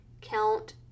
count